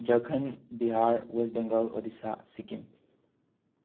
Jharkhand Bihar West Bengal Odisha Sikkim